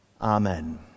Amen